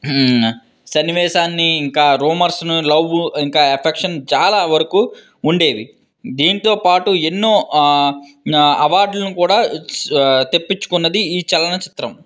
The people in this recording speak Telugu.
సన్నివేశాన్ని ఇంకా రూమర్స్ను లవ్వు ఇంకా ఎఫెక్షన్ చాలా వరకు ఉండేవి దీంతో పాటు ఎన్నో అవార్డులను కూడా తెప్పించుకున్నది ఈ చలనచిత్రం